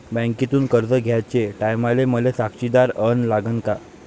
बँकेतून कर्ज घ्याचे टायमाले मले साक्षीदार अन लागन का?